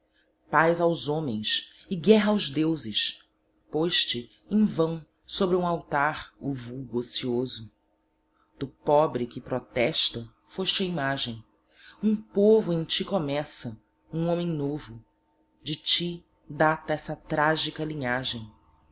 paz aos homens e guerra aos deuses poz te em vão sobre um altar o vulgo ocioso do pobre que protesta foste a imagem um povo em ti começa um homem novo de ti data essa tragica linhagem